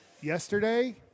yesterday